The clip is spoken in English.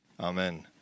amen